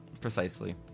Precisely